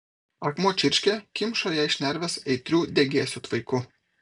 akmuo čirškė kimšo jai šnerves aitriu degėsių tvaiku